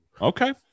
okay